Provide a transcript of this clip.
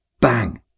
Bang